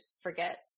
forget